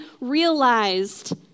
realized